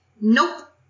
nope